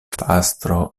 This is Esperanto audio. pastro